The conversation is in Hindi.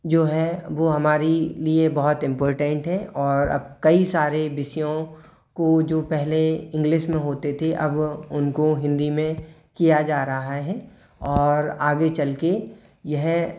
जो है वो हमारी लिए बहुत इंपॉर्टेंट है और अब कई सारे विषयों को जो पहले इंग्लिश में होते थे अब उनको हिंदी में किया जा रहा है और आगे चल के यह